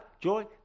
joy